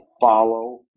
follow